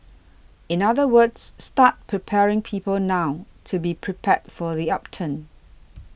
in other words start preparing people now to be prepared for the upturn